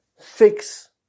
fix